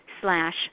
slash